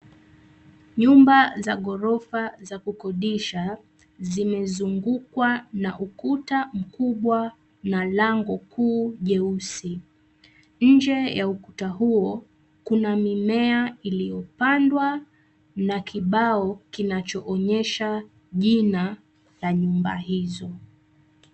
Nyumba za ghorofa za kukodisha zimezungukwa na ukuta mkubwa na lango kuu jeusi. Nje ya ukuta huo kuna mimea iliyopandwa na kibao kinachoonyesha jina la nyumba hizo.